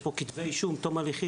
יש פה כתבי אישום עד תום ההליכים,